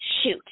shoot